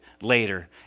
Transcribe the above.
later